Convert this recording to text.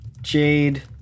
Jade